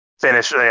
finish